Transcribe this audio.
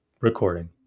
recording